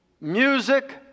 Music